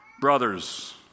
brothers